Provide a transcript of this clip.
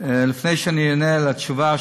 לפני שאני אענה את התשובה,